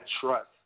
trust